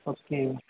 okay